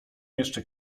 jeszcze